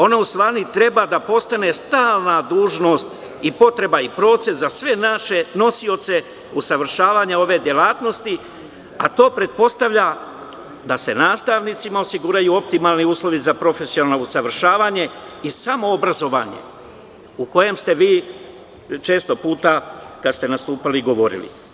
Ono u stvari treba da postane stalna dužnost i potreba i proces za sve naše nosioce usavršavanja ove delatnosti, a to pretpostavlja da se nastavnicima osiguraju optimalni uslovi za profesionalno usavršavanje i samo obrazovanje u kojem ste vi često puta kada ste nastupali govorili.